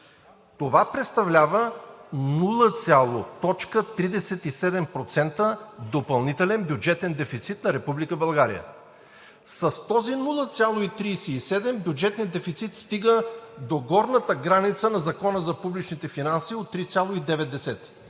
това представлява 0,37% допълнителен бюджетен дефицит на Република България. С този 0,37 бюджетният дефицит стига до горната граница на Закона за публичните финанси от 3,9,